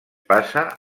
passa